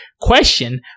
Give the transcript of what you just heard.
question